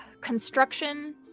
construction